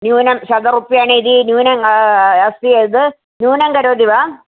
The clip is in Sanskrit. न्यूनं शतरूप्यकाणि यदि न्यूनं अस्ति यत् न्यूनं करोति वा